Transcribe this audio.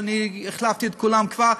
ואני החלפתי את כולם כבר,